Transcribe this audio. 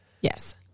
Yes